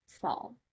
fall